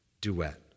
Duet